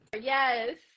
Yes